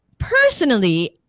personally